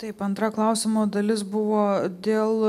taip antra klausimo dalis buvo dėl